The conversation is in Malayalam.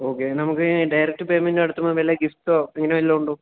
ഓക്കെ നമുക്ക് ഈ ഡയറക്റ്റ് പേയ്മെന്റ്റ് നടത്തുമ്പോള് വല്ല ഗിഫ്റ്റോ അങ്ങനെ വല്ലതുമുണ്ടോ